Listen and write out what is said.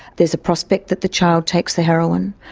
there is a prospect that the child takes the heroin,